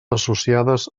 associades